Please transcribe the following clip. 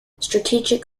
strategic